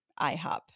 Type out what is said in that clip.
IHOP